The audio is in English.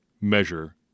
measure